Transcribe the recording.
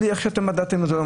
אז מה אכפת לי איך מדדתם את זה.